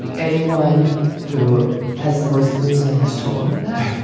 and anyone who has the voice of reason has told me that.